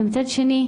ומצד שני,